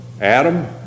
Adam